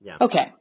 Okay